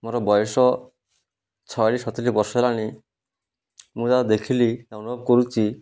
ମୋର ବୟସ ଛୟାଳିଶି ବର୍ଷ ହେଲାଣି ମୁଁ ଯାହା ଦେଖିଲି ଅନୁଭବ କରୁଛି